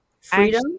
Freedom